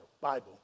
Bible